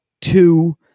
Two